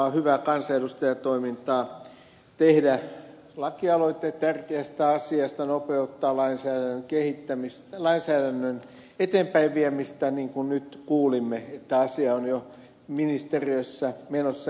on hyvää kansanedustajatoimintaa tehdä lakialoite tärkeästä asiasta nopeuttaa lainsäädännön eteenpäinviemistä niin kuin nyt kuulimme asia on jo ministeriössä menossa eteenpäin